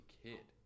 kid